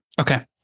Okay